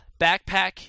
backpack